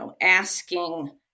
asking